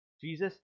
Jesus